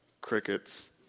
Crickets